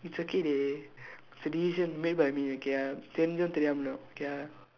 it's okay dey it's a decison made by me okay ah தெரிந்தோ தெரியாமலோ:therindthoo theriyaamaloo okay ah